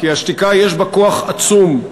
כי השתיקה יש בה כוח עצום.